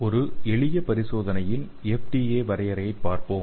ஒரு எளிய சோதனையின் FDA வரையறையைப் பார்ப்போம்